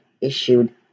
issued